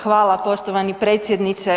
Hvala poštovani predsjedniče.